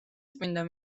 წმინდა